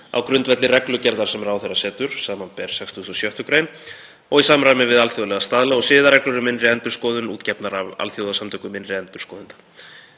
á grundvelli reglugerðar sem ráðherra setur, sbr. 67. gr., og í samræmi við alþjóðlega staðla og siðareglur um innri endurskoðun útgefnar af alþjóðasamtökum innri endurskoðenda.